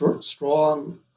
strong